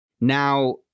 now